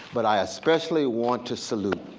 but i especially want to salute